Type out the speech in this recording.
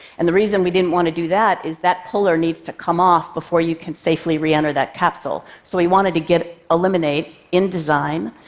and the reason we didn't want to do that is that puller needs to come off before you can safely reenter that capsule, so we wanted to eliminate, in design,